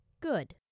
Good